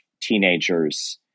teenagers